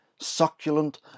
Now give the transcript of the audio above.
succulent